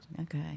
Okay